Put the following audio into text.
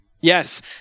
Yes